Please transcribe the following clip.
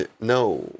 No